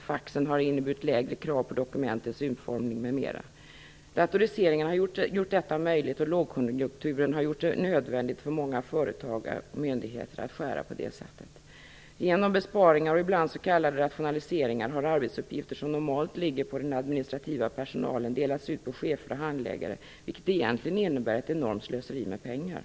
Faxen har inneburit lägre krav på dokumentens utformning m.m. Datoriseringen har gjort detta möjligt, och lågkonjunkturen har gjort det nödvändigt för många företag och myndigheter att skära på det sättet. Genom besparingar och ibland s.k. rationaliseringar har arbetsuppgifter som normalt ligger på den administrativa personalen delats upp på chefer och handläggare. Detta innebär egentligen ett enormt slöseri med pengar.